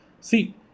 see